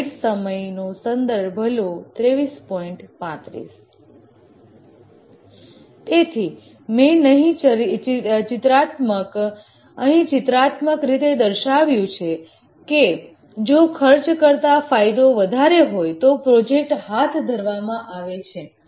તેથી મેં નહીં ચિત્રાત્મક રીતે દર્શાવ્યું છે કે જો કોસ્ટ કરતા ફાયદાઓ વધારે હોય તો પ્રોજેક્ટ હાથ ધરવામાં આવે છે